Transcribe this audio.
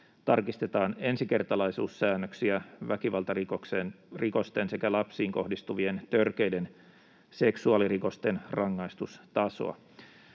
Tarkistetaan ensikertalaisuussäännöksiä, väkivaltarikosten sekä lapsiin kohdistuvien törkeiden seksuaalirikosten rangaistustasoa.”